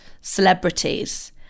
celebrities